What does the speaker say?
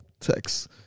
Text